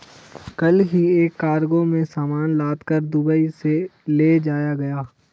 कल ही एक कार्गो में सामान लादकर दुबई ले जाया गया